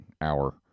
hour